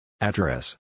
Address